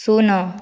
ଶୂନ